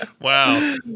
Wow